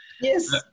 Yes